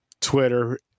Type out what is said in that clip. Twitter